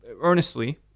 earnestly